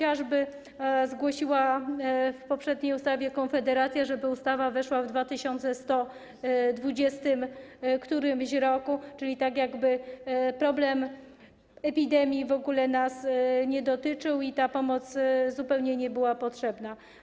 jakie zgłosiła w poprzedniej ustawie Konfederacja: żeby ustawa weszła w dwa tysiące sto dwudziestym którymś roku, czyli tak, jakby problem epidemii w ogóle nas nie dotyczył i ta pomoc zupełnie nie była potrzebna.